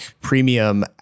premium